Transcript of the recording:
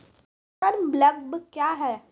किसान क्लब क्या हैं?